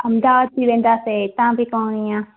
अहमदाबाद बि वेंदासीं हितां बि करणी आहे